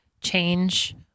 change